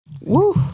woo